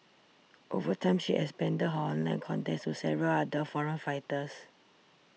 over time she expanded her online contacts to several other foreign fighters